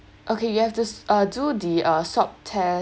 okay you have to s~ uh do the uh swab test